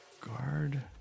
Guard